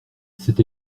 c’est